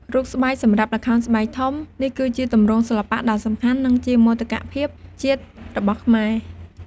រូបស្បែកសម្រាប់ល្ខោនស្បែកធំ នេះគឺជាទម្រង់សិល្បៈដ៏សំខាន់ និងជាមោទកភាពជាតិរបស់ខ្មែរ។